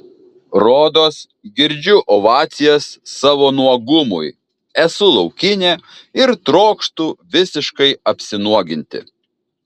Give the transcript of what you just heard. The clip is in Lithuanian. rodos girdžiu ovacijas savo nuogumui esu laukinė ir trokštu visiškai apsinuoginti